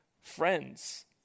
friends